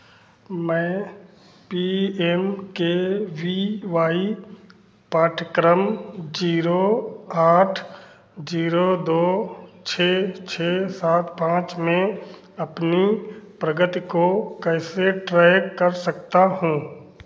मैं P M K V Y पाठ्यक्रम zero आठ जीरो दो छः छः सात पाँच में अपनी प्रगति को कैसे ट्रैक कर सकता हूँ